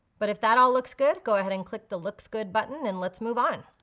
but if that all looks good go ahead and click the looks good button and let's move on.